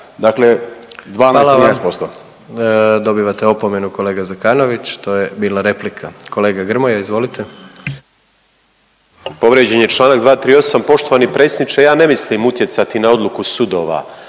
Hvala vam. Dobivate opomenu kolega Zekanović. To je bila replika. Kolega Grmoja, izvolite. **Grmoja, Nikola (MOST)** Povrijeđen je članak 238. Poštovani predsjedniče ja ne mislim utjecati na odluku sudova,